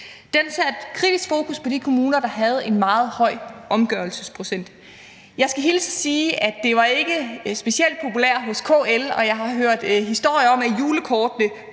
Den satte kritisk fokus på de kommuner, der havde en meget høj omgørelsesprocent. Jeg skal hilse og sige, at det ikke var specielt populært hos KL, og jeg har hørt historier om, at julekortene